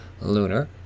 lunar